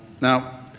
Now